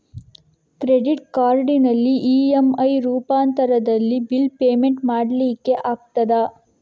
Credit ಕಾರ್ಡಿನಲ್ಲಿ EMI ರೂಪಾಂತರದಲ್ಲಿ bill payment ಮಾಡ್ಲಿಕ್ಕೆ ಆಗ್ತದ?